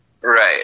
Right